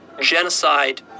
Genocide